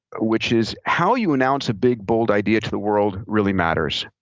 which is how you announce a big bold idea to the world really matters.